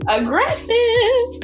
Aggressive